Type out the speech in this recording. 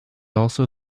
also